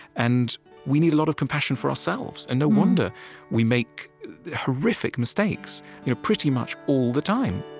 and we need a lot of compassion for ourselves. and no wonder we make horrific mistakes you know pretty much all the time